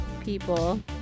people